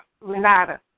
Renata